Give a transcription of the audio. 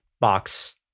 box